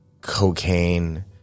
cocaine